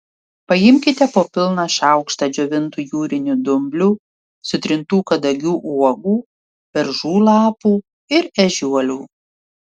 paimkite po pilną šaukštą džiovintų jūrinių dumblių sutrintų kadagių uogų beržų lapų ir ežiuolių